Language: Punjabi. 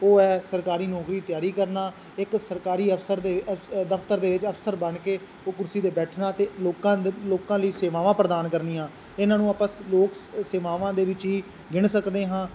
ਉਹ ਹੈ ਸਰਕਾਰੀ ਨੌਕਰੀ ਤਿਆਰੀ ਕਰਨਾ ਇੱਕ ਸਰਕਾਰੀ ਅਫਸਰ ਦੇ ਅਸ ਅ ਦਫਤਰ ਦੇ ਅਫਸਰ ਬਣ ਕੇ ਉਹ ਕੁਰਸੀ 'ਤੇ ਬੈਠਣਾ ਅਤੇ ਲੋਕਾਂ ਲੋਕਾਂ ਲਈ ਸੇਵਾਵਾਂ ਪ੍ਰਦਾਨ ਕਰਨੀਆਂ ਇਹਨਾਂ ਨੂੰ ਆਪਾਂ ਲੋਕ ਸੇਵਾਵਾਂ ਦੇ ਵਿੱਚ ਹੀ ਗਿਣ ਸਕਦੇ ਹਾਂ